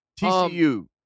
TCU